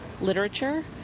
literature